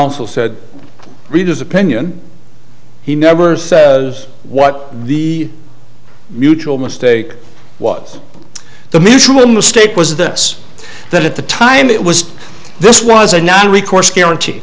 council said readers opinion he never said what the mutual mistake was the mutual mistake was this that at the time it was this was a non recourse guarantee